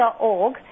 org